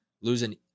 Losing